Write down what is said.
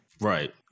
Right